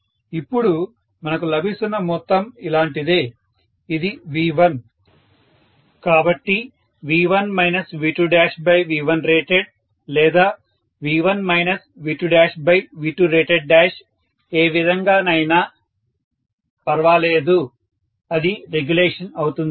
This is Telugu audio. ఇప్పుడు మనకు లభిస్తున్న మొత్తం ఇలాంటిదే ఇది V1 కాబట్టి V1 VvV1rated లేదా V1 VvV1rated ఏ విధంగానైనా పర్వాలేదు అది రెగ్యులేషన్ అవుతుంది